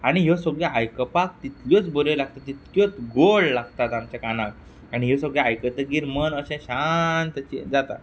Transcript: आनी ह्यो सगळ्यो आयकपाक तितल्योच बऱ्यो लागता तितक्योच गोड लागतात आमच्या कानाक आनी ह्यो सगळ्यो आयकतगीर मन अशें शांत जाता